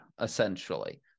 essentially